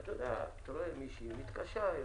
אתה רואה מישהי מתקשה,